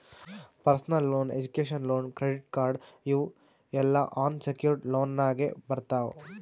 personal loan, education loan, credit card ಇವ್ ಎಲ್ಲಾ unsecured ಲೋನ್ನಾಗ್ ಬರ್ತಾವ್